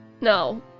No